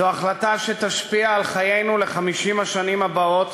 זו החלטה שתשפיע על חיינו ב-50 השנים הבאות,